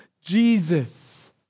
Jesus